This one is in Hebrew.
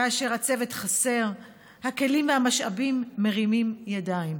כאשר הצוות, חסר הכלים והמשאבים, מרים ידיים.